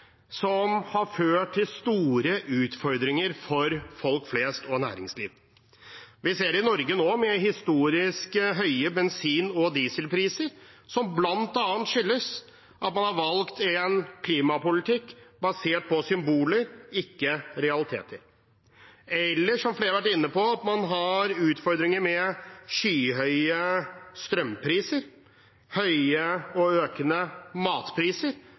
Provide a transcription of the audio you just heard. som har ført til store utfordringer for folk flest og næringslivet. Vi ser det i Norge nå, med historisk høye bensin- og dieselpriser, som bl.a. skyldes at man har valgt en klimapolitikk basert på symboler, ikke realiteter. Og vi har, som flere har vært inne på, utfordringer med skyhøye strømpriser og høye og økende matpriser,